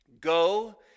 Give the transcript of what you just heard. Go